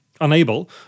unable